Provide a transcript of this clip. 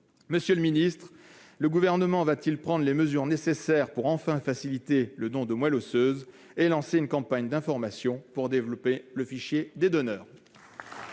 Monsieur le secrétaire d'État, le Gouvernement va-t-il prendre les mesures nécessaires pour, enfin, faciliter le don de moelle osseuse et lancer une campagne d'information pour développer le fichier des donneurs ?